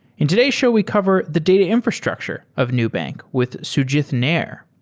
in today's show we cover the data infrastructure of nubank with sujith nair.